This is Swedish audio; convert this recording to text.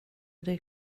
dig